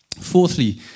Fourthly